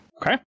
Okay